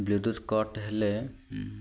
ବିଦ୍ୟୁତ କଟ୍ ହେଲେ